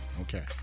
Okay